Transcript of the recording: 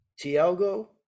tiago